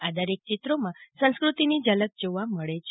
આ દરેક ચિત્રોમાં સાંસ્કૃતિકની ઝલક જોવા મળે છે